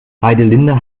heidelinde